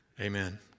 Amen